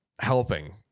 helping